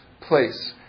place